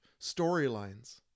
storylines